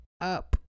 up